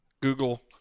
Google